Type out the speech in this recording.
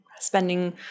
spending